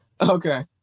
Okay